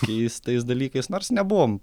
keistais dalykais nors nebuvom